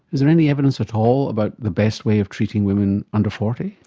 is there any evidence at all about the best way of treating women under forty?